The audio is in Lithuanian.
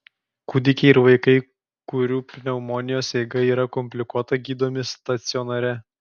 kūdikiai ir vaikai kurių pneumonijos eiga yra komplikuota gydomi stacionare